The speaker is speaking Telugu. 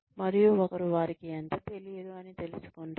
మరియు ఒకరు వారికి ఎంత తెలియదు అని తెలుసుకుంటాడు